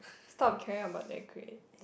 stop caring about their grade